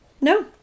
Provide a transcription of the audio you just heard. No